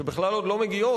שבכלל עוד לא מגיעות,